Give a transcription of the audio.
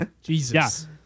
Jesus